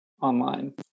online